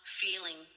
feeling